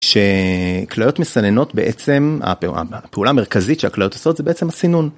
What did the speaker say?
שכלויות מסננות בעצם הפעולה המרכזית שהכלויות עושות זה בעצם הסינון.